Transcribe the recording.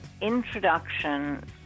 introduction